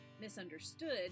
Misunderstood